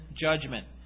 judgment